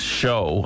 show